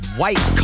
white